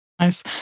Nice